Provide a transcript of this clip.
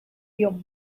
your